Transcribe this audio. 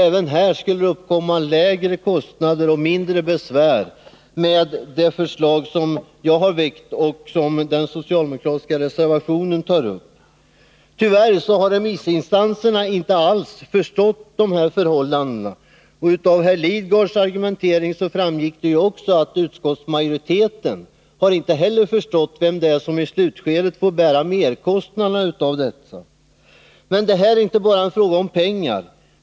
Även här skulle det uppkomma lägre kostnader och mindre besvär med det förslag som jag har väckt och som den socialdemokratiska reservationen tar upp. Tyvärr har remissinstanserna inte alls förstått dessa förhållanden. Och av herr Lidgards argumentering framgick också att utskottsmajoriteten inte heller har förstått vem det är som i slutskedet får bära merkostnaderna för detta. Men detta är inte bara en fråga om pengar.